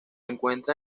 encuentra